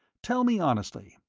tell me honestly,